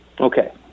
Okay